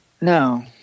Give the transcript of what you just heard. No